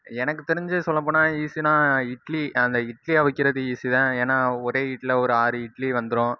எனக்கு தெரிஞ்சது சொல்லப் போனால் ஈசினா இட்லி அந்த இட்லியை அவிக்கிறது ஈசி தான் ஏன்னா ஒரே ஈட்டில் ஒரு ஆறு இட்லி வந்துடும்